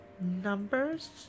numbers